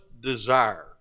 desire